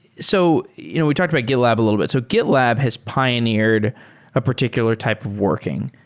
so you know we talked about gitlab a little bit. so gitlab has pioneered a particular type of working.